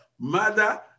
mother